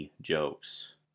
jokes